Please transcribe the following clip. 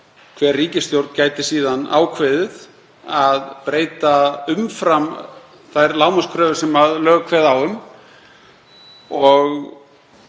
hver ríkisstjórn geti síðan ákveðið að breyta umfram þær lágmarkskröfur sem lög kveða á um.